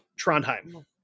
Trondheim